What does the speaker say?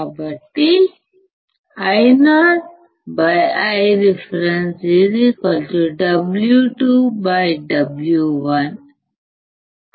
కాబట్టి IoIreference W2W1 పొందడానికి మనకు కావలసినది మా λ 0 లేదా VDS1VDS2